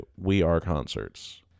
#WeAreConcerts